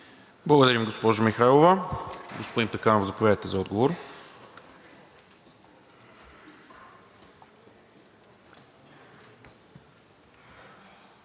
Благодаря, госпожо Михайлова. Господин Пеканов, заповядайте за отговор.